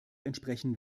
entsprechen